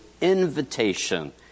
invitation